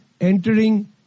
entering